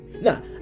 Now